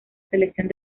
selección